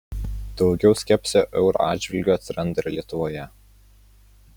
daugiau skepsio euro atžvilgiu atsiranda ir lietuvoje